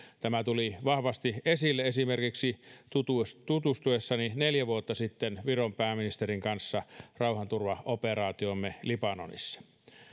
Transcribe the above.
tämä tuli vahvasti esille esimerkiksi tutustuessani neljä vuotta sitten viron pääministerin kanssa rauhaturvaoperaatioomme libanonissa